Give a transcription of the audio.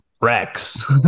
Rex